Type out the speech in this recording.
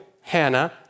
Hannah